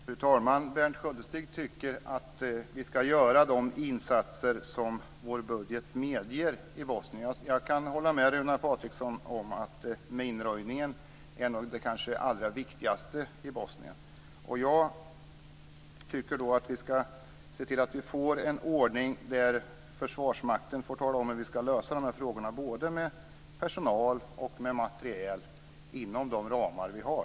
Fru talman! Berndt Sköldestig tycker att vi ska göra de insatser i Bosnien som vår budget medger. Jag kan hålla med Runar Patriksson om att minröjning kanske är det allra viktigaste i Bosnien. Jag tycker att vi ska se till att vi får en ordning där Försvarsmakten får tala om hur vi ska lösa de här frågorna, vad gäller både personal och materiel, inom de ramar vi har.